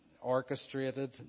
orchestrated